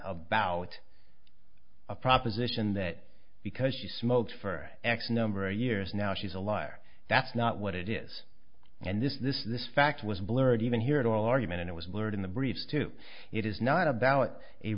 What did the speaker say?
about a proposition that because she smoked for x number of years now she's a liar that's not what it is and this this this fact was blurred even here at all argument and it was learned in the briefs too it is not a ballot a